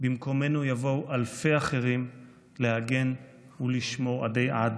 / במקומנו יבואו אלפי אחרים / להגן ולשמר עדי עד."